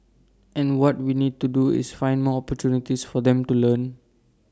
and what we need to do is find more opportunities for them to learn